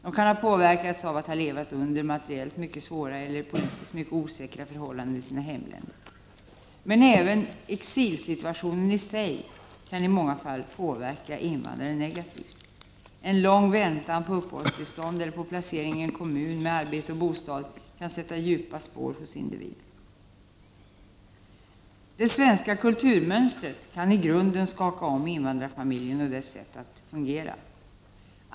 De kan ha påverkats av att ha levat under materiellt mycket svåra eller politiskt mycket osäkra förhållanden i sina hemländer. Men även en exilsituation i sig kan i många fall påverka invandrare negativt. En lång väntan på uppehållstillstånd eller på placering i en kommun med arbete och bostad kan sätta djupa spår hos individen. Det svenska kulturmönstret kan i grunden skaka om invandrarfamiljen och dess sätt att fungera.